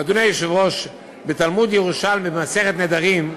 אדוני היושב-ראש, בתלמוד הירושלמי, במסכת נדרים,